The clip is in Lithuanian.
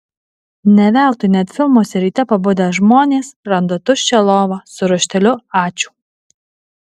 ne veltui net filmuose ryte pabudę žmonės randa tuščią lovą su rašteliu ačiū